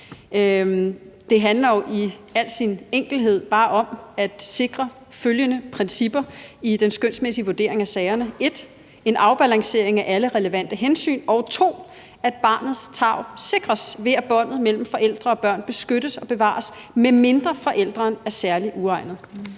Det handler jo i al sin enkelhed bare om at sikre følgende principper i den skønsmæssige vurdering af sagerne: 1) en afbalancering af alle relevante hensyn, og 2), at barnets tarv sikres ved, at båndet mellem forældre og børn beskyttes og bevares, medmindre forælderen er særligt uegnet.